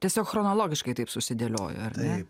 tiesiog chronologiškai taip susidėliojo ar ne